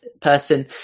person